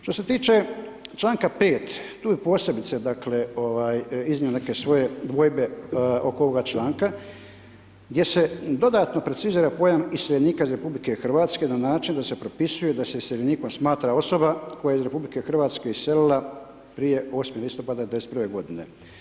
Što se tiče čl. 5, tu bih posebice dakle iznio neke svoje dvojbe oko ovoga članka gdje se dodatno precizira pojam iseljenika iz RH na način da se propisuje da se iseljenikom smatra osoba koje je iz RH iselila prije 8. listopada 1991. godine.